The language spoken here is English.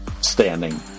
standing